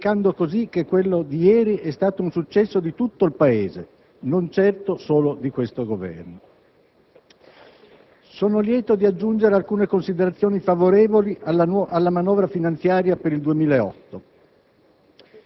dimenticando così che quello di ieri è stato un successo di tutto il Paese, non certo solo di questo Governo. Sono lieto di aggiungere alcune considerazioni favorevoli alla manovra finanziaria per il 2008.